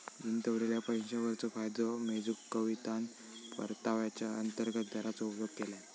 गुंतवलेल्या पैशावरचो फायदो मेजूक कवितान परताव्याचा अंतर्गत दराचो उपयोग केल्यान